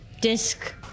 disc